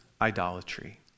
idolatry